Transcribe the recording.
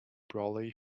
brolly